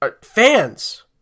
fans